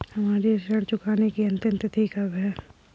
हमारी ऋण चुकाने की अंतिम तिथि कब है?